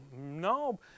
No